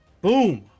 Boom